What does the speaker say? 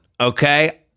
okay